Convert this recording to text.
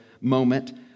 moment